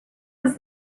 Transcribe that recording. was